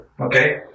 Okay